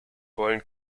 wollen